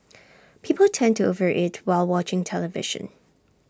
people tend to over eat while watching television